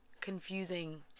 confusing